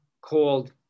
called